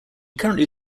currently